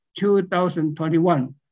2021